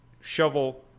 shovel